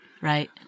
Right